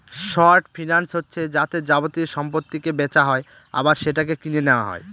short finance হচ্ছে যাতে যাবতীয় সম্পত্তিকে বেচা হয় আবার সেটাকে কিনে নেওয়া হয়